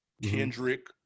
Kendrick